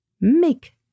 make